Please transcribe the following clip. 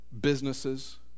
businesses